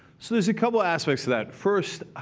so there's a couple aspects to that. first,